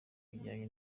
bijyanye